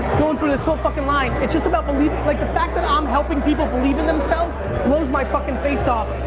going through this whole fuckin' line. it's just about believing. like the fact that i'm um helping people believe in themselves blows my fuckin' face off.